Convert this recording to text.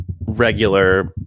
regular